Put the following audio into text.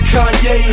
Kanye